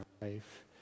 life